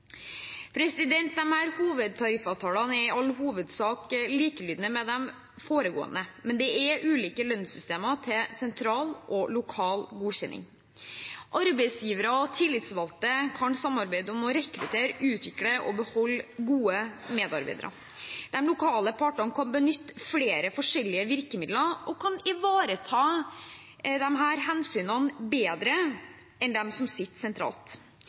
hovedtariffavtalene er i all hovedsak likelydende med de foregående, men det er ulike lønnssystemer til sentral og lokal godkjenning. Arbeidsgivere og tillitsvalgte kan samarbeide om å rekruttere, utvikle og beholde gode medarbeidere. De lokale partene kan benytte flere forskjellige virkemidler og kan ivareta disse hensynene bedre enn dem som sitter sentralt.